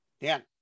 Dan